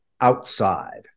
outside